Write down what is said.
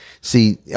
See